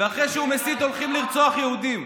ואחרי שהוא מסית הולכים לרצוח יהודים.